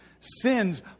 sins